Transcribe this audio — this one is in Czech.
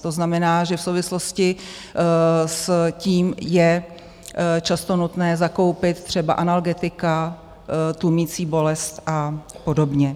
To znamená, že v souvislosti s tím je často nutné zakoupit třeba analgetika tlumící bolest a podobně.